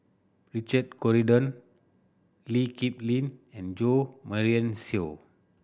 Richard Corridon Lee Kip Lin and Jo Marion Seow